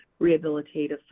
rehabilitative